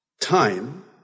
time